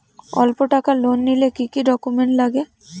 অল্প টাকার লোন নিলে কি কি ডকুমেন্ট লাগে?